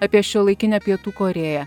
apie šiuolaikinę pietų korėją